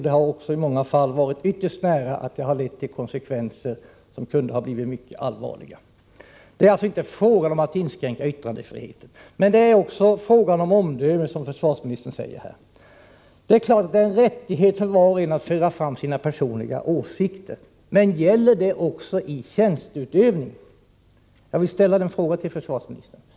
Det har också i många fall varit ytterst nära att det lett till konsekvenser som kunde ha blivit mycket allvarliga. Det är alltså inte fråga om att inskränka yttrandefriheten; det är en fråga om omdöme, som försvarsministern säger. Det är klart att det är en rättighet för var och en att föra fram sina personliga åsikter. Men gäller det också i tjänsteutövningen? Jag vill ställa den frågan till försvarsministern.